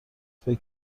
فکر